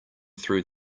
through